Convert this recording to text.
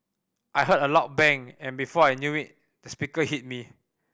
I heard a loud bang and before I knew it the speaker hit me